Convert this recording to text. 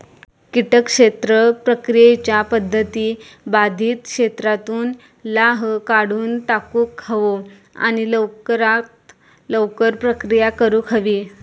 किटक क्षेत्र प्रक्रियेच्या पध्दती बाधित क्षेत्रातुन लाह काढुन टाकुक हवो आणि लवकरात लवकर प्रक्रिया करुक हवी